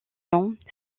long